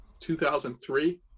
2003